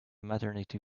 maternity